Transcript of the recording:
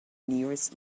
nearest